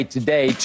Today